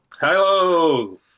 Hello